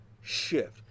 shift